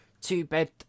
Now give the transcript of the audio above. two-bed